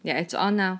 你还早呢